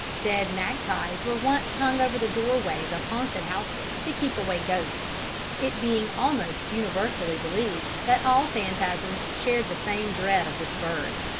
dead magpies were once hung over the doorways of haunted houses to keep away ghosts it being almost universally believed that all phantasms shared the same dread of this bird.